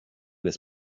des